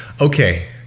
Okay